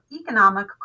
economic